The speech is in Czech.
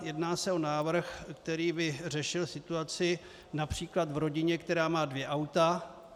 Jedná se o návrh, který by řešil situaci například v rodině, která má dvě auta.